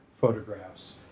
photographs